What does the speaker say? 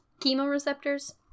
chemoreceptors